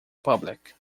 public